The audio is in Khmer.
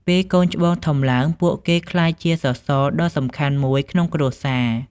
ពេលកូនច្បងធំឡើង ពួកគេក្លាយជាសសរដ៏សំខាន់មួយក្នុងគ្រួសារ។